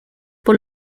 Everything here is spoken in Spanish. por